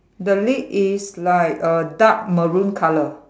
the leg is like uh dark maroon colour